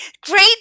great